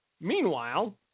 meanwhile